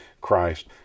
Christ